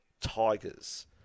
Tigers